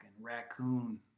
raccoon